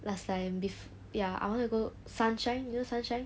last time bef~ ya I want to go sunshine you know sunshine